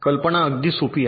कल्पना अगदी सोपी आहे